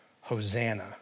Hosanna